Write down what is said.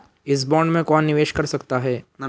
इस बॉन्ड में कौन निवेश कर सकता है?